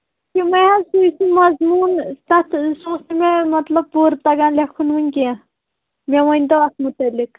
تِمَے حظ سُے سُہ مَظموٗن تَتھ سُہ اوس نہَ مےٚ مطلب پوٗرٕ تَگان لٮ۪کھُن وُنہِ کیٚنٛہہ مےٚ ؤنۍ تو اَتھ مُتعلِق